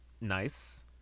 nice